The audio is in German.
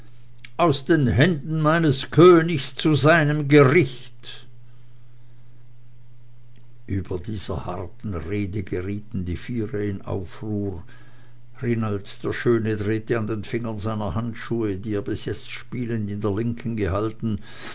aus den händen meines königs zu seinem gericht über dieser harten rede gerieten die viere in aufruhr rinald der schöne drehte an den fingern seiner handschuhe die er bis jetzt spielend in der linken gehalten